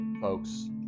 folks